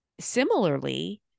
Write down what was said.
Similarly